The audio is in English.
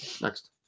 next